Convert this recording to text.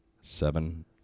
seven